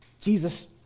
Jesus